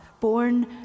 born